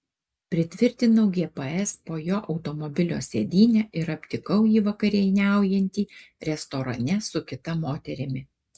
pritvirtinau gps po jo automobilio sėdyne ir aptikau jį vakarieniaujantį restorane su kita moterimi